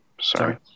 sorry